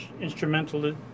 instrumental